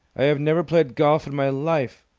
i have never played golf in my life!